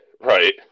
Right